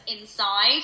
inside